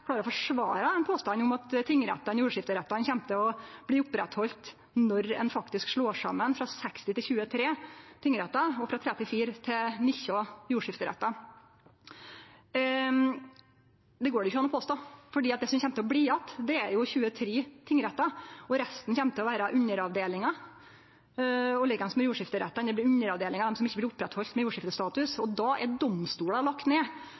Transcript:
påstanden om at tingrettane og jordskifterettane kjem til å bli oppretthaldne når ein faktisk slår saman frå 60 til 23 tingrettar og frå 34 til 19 jordskifterettar. Det går det ikkje an å påstå, for det som kjem til å bli att, er 23 tingrettar, resten kjem til å vere underavdelingar. Like eins er det med jordskifterettane – det blir underavdelingar av dei som ikkje blir oppretthaldne med jordskiftestatus. Då er domstolar lagde ned,